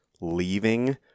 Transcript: leaving